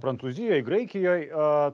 prancūzijoj graikijoj e